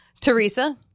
Teresa